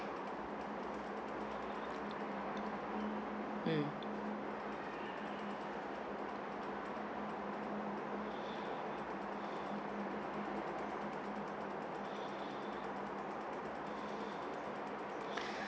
mm